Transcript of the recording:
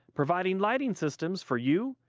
providinglighting systems for you,